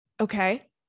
okay